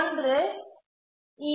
ஒன்று ஈ